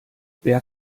wer